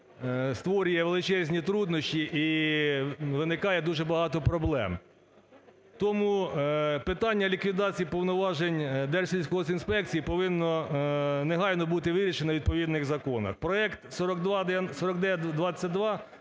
створює величезні труднощі і виникає дуже багато проблем. Тому питання ліквідації повноважень Держсільхозінспекції повинно негайно бути вирішено у відповідних законах. Проект 4922